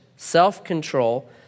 Self-control